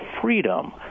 freedom